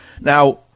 Now